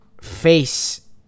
face